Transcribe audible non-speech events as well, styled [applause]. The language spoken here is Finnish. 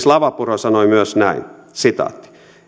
[unintelligible] lavapuro sanoi myös näin